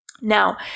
Now